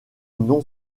non